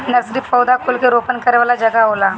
nursery पौधा कुल के रोपण करे वाला जगह होला